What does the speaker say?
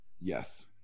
yes